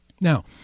Now